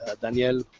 Daniel